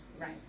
right